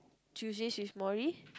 Tuesdays with Morrie